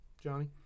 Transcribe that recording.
Johnny